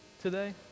today